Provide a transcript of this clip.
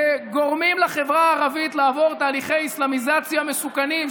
שגורמים לחברה הערבית לעבור תהליכי אסלאמיזציה מסוכנים,